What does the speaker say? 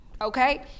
Okay